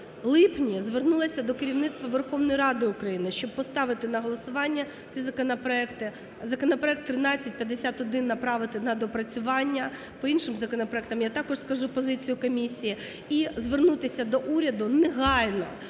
липні, звернулася до керівництва Верховної Ради України, щоб поставити на голосування ці законопроекти. Законопроект 1351 направити на доопрацювання, по іншим законопроектам я також скажу позицію комісії. І звернутися до уряду, негайно,